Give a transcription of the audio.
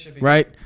right